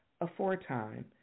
aforetime